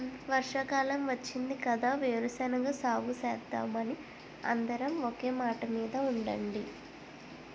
వర్షాకాలం వచ్చింది కదా వేరుశెనగ సాగుసేద్దామని అందరం ఒకే మాటమీద ఉండండి